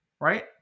Right